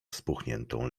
spuchniętą